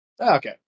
Okay